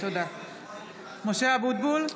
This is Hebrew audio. (קוראת בשמות חברי הכנסת) משה אבוטבול,